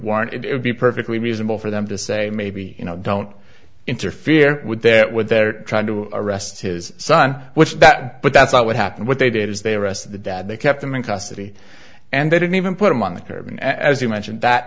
warrant it would be perfectly reasonable for them to say maybe you know don't interfere with that what they're trying to arrest his son which is that but that's not what happened what they did is they arrested the dad they kept him in custody and they didn't even put him on the curb and as you mentioned that